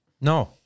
no